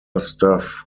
staff